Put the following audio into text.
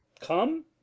Come